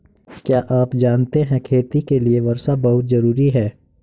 क्या आप जानते है खेती के लिर वर्षा बहुत ज़रूरी है?